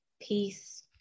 peace